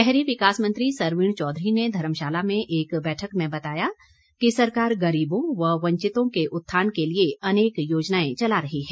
शहरी विकास मंत्री सरवीण चौधरी ने धर्मशाला में एक बैठक में बताया कि सरकार गरीबों व वंचितों के उत्थान के लिए अनेक योजनाए चला रही है